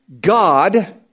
God